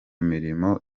mirimo